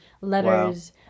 letters